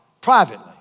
privately